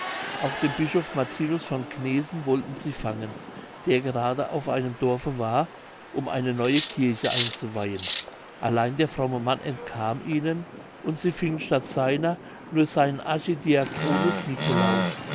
auch den bischof martinus von gnesen wollten sie fangen der gerade auf einem dorfe war um eine neue kirche einzuweihen allein der fromme mann entkam ihnen und sie fingen statt seiner nur seinen archidiakonus nicolaus